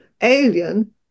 alien